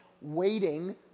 waiting